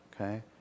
okay